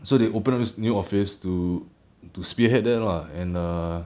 so they open up this new office to to spearhead them lah and err